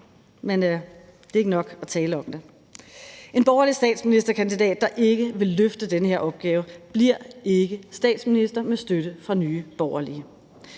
men det er ikke nok at tale om det. En borgerlig statsministerkandidat, der ikke vil løfte den her opgave, bliver ikke statsminister med støtte fra Nye Borgerlige.